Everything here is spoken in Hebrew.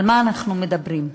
על מה אנחנו מדברים?